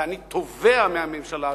ואני תובע מהממשלה הזאת,